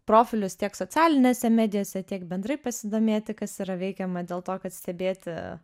profilius tiek socialinėse medijose tiek bendrai pasidomėti kas yra veikiama dėl to kad stebėti